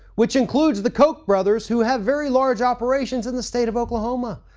which includes the koch brothers, who have very large operations in the state of oklahoma.